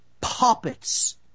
puppets